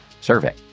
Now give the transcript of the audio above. survey